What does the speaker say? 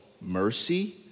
mercy